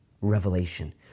revelation